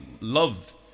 love